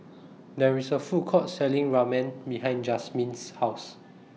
There IS A Food Court Selling Ramen behind Jazmin's House